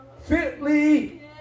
fitly